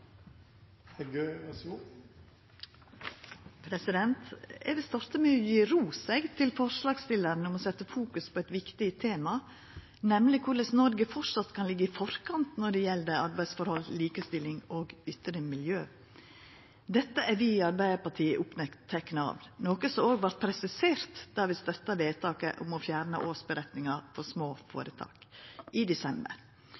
viktig tema, nemleg korleis Noreg framleis kan liggja i forkant når det gjeld arbeidsforhold, likestilling og ytre miljø. Dette er vi i Arbeidarpartiet opptekne av, noko som òg vart presisert då vi støtta vedtaket om å fjerna årsmeldinga for små